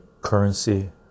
currency